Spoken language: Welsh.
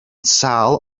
sâl